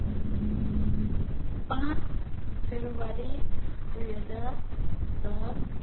पाँच फेब्रुअरी दुई हजार दस